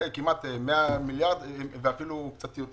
של כמעט 100 מיליארד, ואפילו קצת יותר.